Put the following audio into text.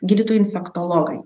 gydytojai infektologai